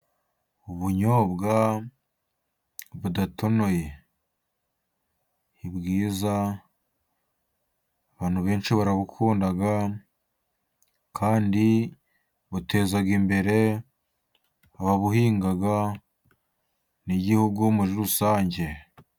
Ubunyobwa budatonoye ni bwiza, abantu benshi barabukunda, kandi buteza imbere ababuhinga, n'igihugu muri rusange.